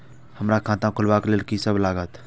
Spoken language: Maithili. हमरा खाता खुलाबक लेल की सब लागतै?